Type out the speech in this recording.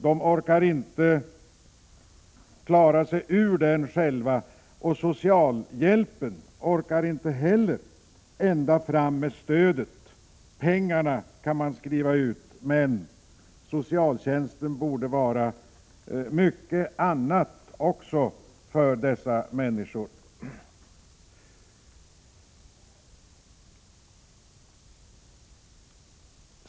De orkar inte klara sig ur den själva, och socialhjälpen orkar inte heller ända fram med stödet. Pengarna kan man skriva ut, men socialtjänsten borde vara mycket annat också för dessa människor.